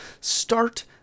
Start